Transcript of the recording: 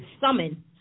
summon